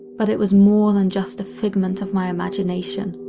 but it was more than just a figment of my imagination.